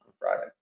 friday